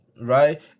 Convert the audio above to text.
right